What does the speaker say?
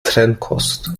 trennkost